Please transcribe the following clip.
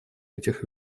этих